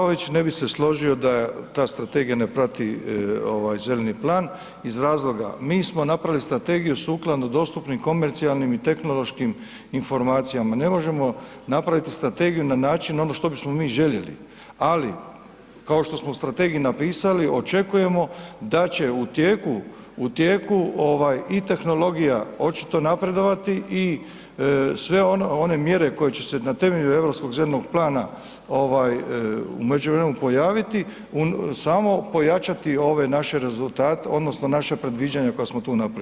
Uvaženi zastupniče Vlaović, ne bi se složio da ta strategija ne prati ovaj Zeleni plan iz razloga mi smo napravili strategiju sukladno dostupnim komercijalnim i tehnološkim informacijama, ne možemo napraviti strategiju na način ono što bismo mi željeli, ali kao što smo strategiju napisali, očekujemo da će u tijeku, u tijeku ovaj i tehnologija očito napredovati i sve one mjere koje će se na temelju Europskog zelenog plana ovaj u međuvremenu pojaviti, samo pojačati ove naše rezultate odnosno naša predviđanja koja smo tu napravili.